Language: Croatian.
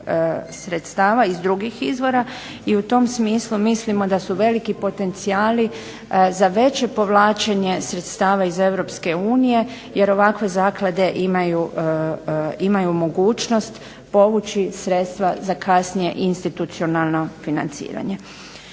sredstava iz drugih izvora, i u tom smislu mislimo da su veliki potencijali za veće povlačenje sredstava iz Europske unije, jer ovakve zaklade imaju mogućnost povući sredstva za kasnije institucionalno financiranje.